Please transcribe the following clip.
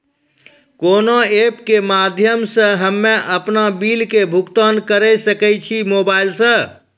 कोना ऐप्स के माध्यम से हम्मे अपन बिल के भुगतान करऽ सके छी मोबाइल से?